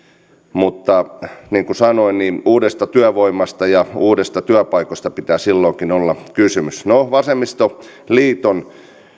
mutta niin kuin sanoin uudesta työvoimasta ja uudesta työpaikasta pitää silloinkin olla kysymys vasemmistoliiton